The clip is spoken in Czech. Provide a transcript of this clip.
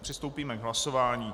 Přistoupíme k hlasování.